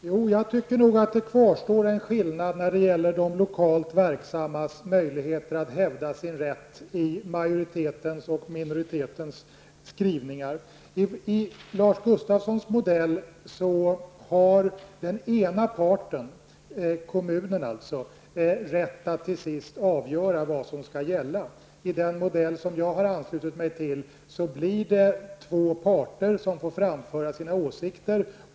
Herr talman! Jag anser att det kvarstår en skillnad i majoritetens och minoritetens skrivningar när det gäller de lokalt verksammas möjligheter att hävda sin rätt. Enligt Lars Gustafssons modell har den ena parten, kommunen, rätt att till sist avgöra vad som skall gälla. Enligt den modell som jag har anslutit mig till blir det två parter som får framföra sina åsikter.